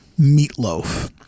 meatloaf